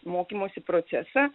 mokymosi procesą